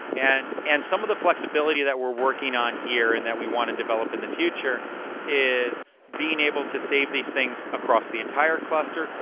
and and some of the flexibility that we're working on here and that we want to develop in the future is being able to save these things across the entire cluster,